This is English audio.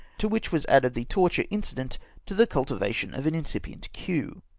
to which was added the torture incident to the cultivation of an incipient queue.